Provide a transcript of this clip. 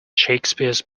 shakespeare’s